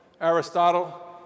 Aristotle